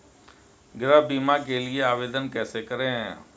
गृह बीमा के लिए आवेदन कैसे करें?